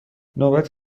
نوبت